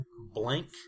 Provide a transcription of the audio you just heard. blank